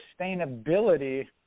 sustainability